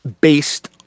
based